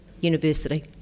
university